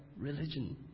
religion